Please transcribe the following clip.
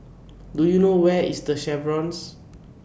Do YOU know Where IS The Chevrons